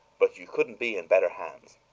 but you couldn't be in better hands.